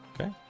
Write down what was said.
Okay